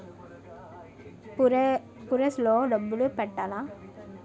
Purse లో డబ్బులు పెట్టలా?